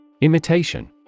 Imitation